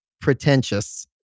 pretentious